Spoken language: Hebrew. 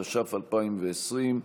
התש"ף 2020,